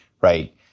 right